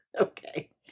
Okay